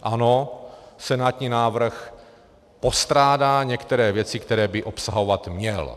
Ano, senátní návrh postrádá některé věci, které by obsahovat měl.